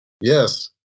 yes